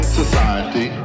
society